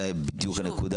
זה הנקודה.